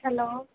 hello